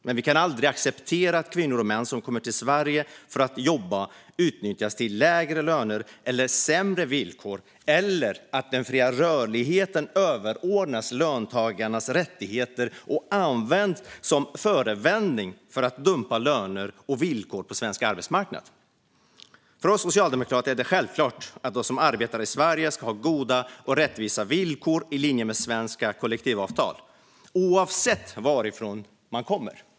Men vi kan aldrig acceptera att kvinnor och män som kommer till Sverige för att jobba utnyttjas till lägre löner eller sämre villkor eller att den fria rörligheten överordnas löntagarnas rättigheter och används som förevändning för att dumpa löner och villkor på svensk arbetsmarknad. För oss socialdemokrater är det självklart att de som arbetar i Sverige ska ha goda och rättvisa villkor i linje med svenska kollektivavtal, oavsett varifrån de kommer.